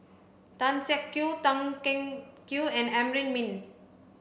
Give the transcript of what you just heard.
Tan Siak Kew Tan Teng Kee and Amrin Amin